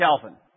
Calvin